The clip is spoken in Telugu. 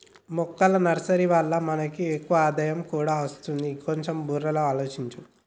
మొక్కల నర్సరీ వల్ల మనకి ఎక్కువ ఆదాయం కూడా అస్తది, కొంచెం బుర్రలో ఆలోచించు